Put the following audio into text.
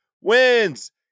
Wins